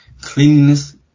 Cleanliness